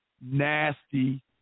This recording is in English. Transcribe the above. nasty